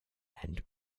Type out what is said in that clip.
and